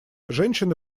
женщины